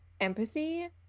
empathy